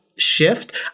Shift